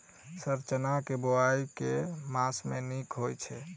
Sir चना केँ बोवाई केँ मास मे नीक होइ छैय?